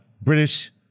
British